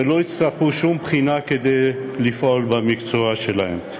ולא יצטרכו שום בחינה כדי לפעול במקצוע שלהם.